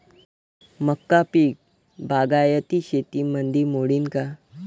मका पीक बागायती शेतीमंदी मोडीन का?